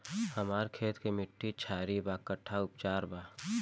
हमर खेत के मिट्टी क्षारीय बा कट्ठा उपचार बा?